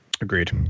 Agreed